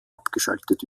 abgeschaltet